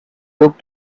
looked